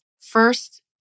first